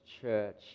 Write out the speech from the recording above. church